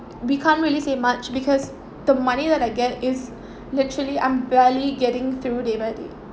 we can't really save much because the money that I get is literally I'm barely getting through day by day